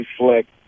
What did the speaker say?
reflect